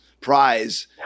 prize